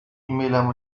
ایمیلم